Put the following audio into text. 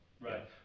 Right